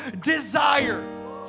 desire